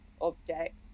object